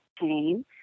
pain